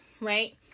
right